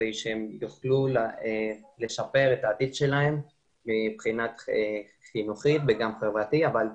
כדי שהם יוכלו לשפר את העתיד שלהם מבחינה חינוכית וגם חברתית אבל בעיקר,